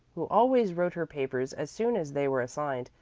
who always wrote her papers as soon as they were assigned,